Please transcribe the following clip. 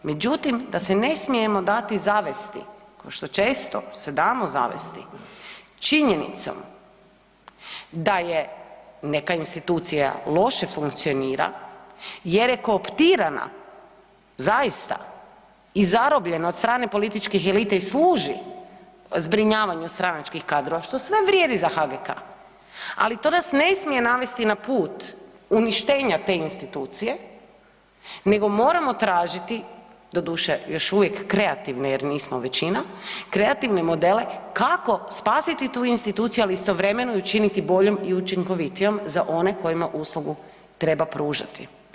Međutim, da se ne smijemo dati zavesti ko što često se damo zavesti činjenicom da je neka institucija loše funkcionira jer je kooptirana zaista i zarobljena od strane političkih elita i služi zbrinjavanju stranačkih kadrova što sve vrijedi za HGK, ali to nas ne smije navesti na put uništenja te institucije nego moramo tražiti doduše još uvijek kreativno jer nismo većina, kreativne modele kako spasiti tu instituciju ali istovremeno ju činiti boljom i učinkovitijom za one kojima uslugu treba pružati.